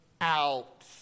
out